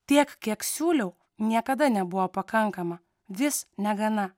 tiek kiek siūliau niekada nebuvo pakankama vis negana